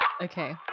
Okay